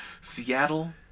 seattle